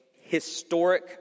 historic